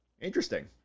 Interesting